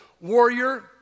warrior